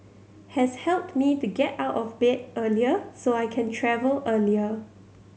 has helped me to get out of bed earlier so I can travel earlier